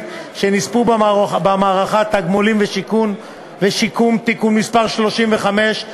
שנספו במערכה (תגמולים ושיקום) (תיקון מס' 35),